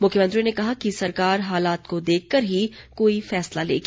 मुख्यमंत्री ने कहा कि सरकार हालात को देखकर ही कोई फैसला लेगी